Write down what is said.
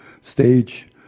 stage